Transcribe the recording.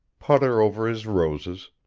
putter over his roses,